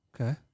Okay